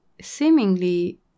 seemingly